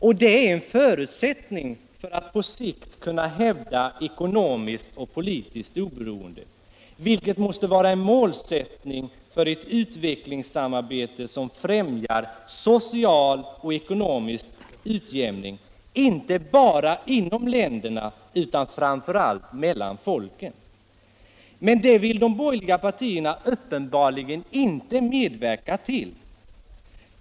Och det är en förutsättning för att på sikt kunna hävda ekonomiskt och politiskt oberoende, vilket måste vara en målsättning för ett utvecklingssamarbete som främjar sociat och ekonomisk utjämning, inte bara inom länderna utan framför allt mellan folken. Men det vill de borgerliga partierna uppenbarligen inte medverka till.